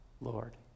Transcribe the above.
Lord